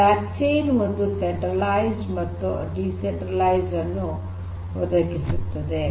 block chain centralised ಮತ್ತು decentralised security ಅನ್ನು ಒದಗಿಸುತ್ತದೆ